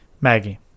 Maggie